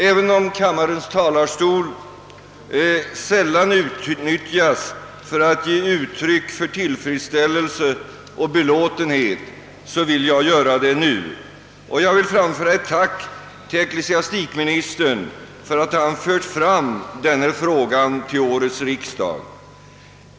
Även om kammarens talarstol sällan utnyttjas för att ge uttryck åt tillfredsställelse och belåtenhet vill jag göra det nu och tacka ecklésiastikministern för att han fört fram denna fråga till årets riksdag.